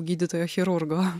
gydytojo chirurgo